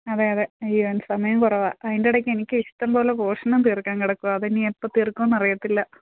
അതെ അതെ അയ്യോ സമയം കുറവാണ് അതിൻ്റെ ഇടയ്ക്ക് എനിക്ക് ഇഷ്ടം പോലെ പോർഷനും തീർക്കാൻ കിടക്കുവാണ് അത് ഇനി എപ്പം തീർക്കുമെന്ന് അറിയത്തില്ല